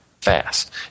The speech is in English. fast